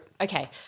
Okay